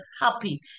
happy